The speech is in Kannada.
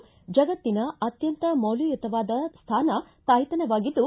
ಜಗತ್ತಿನ ಅತ್ಯಂತ ಮೌಲ್ಯಯುತವಾದ ಸ್ಟಾನ ತಾಯ್ತನವಾಗಿದ್ದು